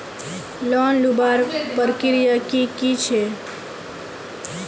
Loan लुबार प्रक्रिया की की छे?